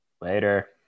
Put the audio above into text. Later